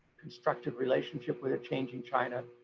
constructive relationship with a changing china,